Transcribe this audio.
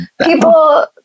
people